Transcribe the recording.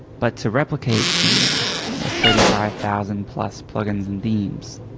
but to replicate the thirty five thousand plus plug-ins and themes,